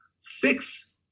fix